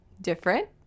Different